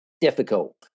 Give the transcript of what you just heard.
difficult